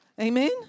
Amen